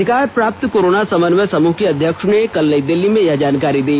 अधिकार प्राप्त कोरोना समन्वय समूह के अध्यक्ष ने कल नई दिल्ली में यह जानकारी दी